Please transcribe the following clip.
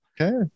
Okay